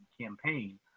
campaign